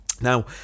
Now